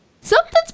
something's